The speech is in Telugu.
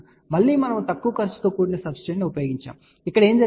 మళ్ళీ మనము తక్కువ ఖర్చుతో కూడిన సబ్స్ట్రేట్ ను ఉపయోగించాము మరియు ఇక్కడ ఏమి జరిగింది